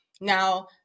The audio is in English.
Now